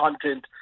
content